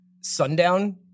Sundown